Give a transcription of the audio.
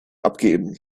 abgeben